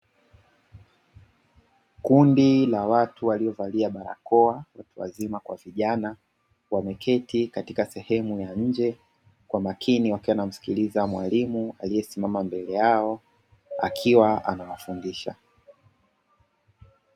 Kundi la watu waliovalia barakoa watu wazima kwa vijana wameketi katika sehemu ya nje kwa makini wakiwa wanamsikiliza mwalimu aliyesimama mbele yao akiwa anawafundisha.